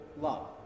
love